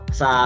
sa